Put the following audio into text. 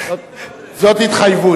זאת התחייבות.